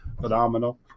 Phenomenal